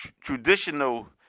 traditional